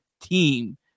team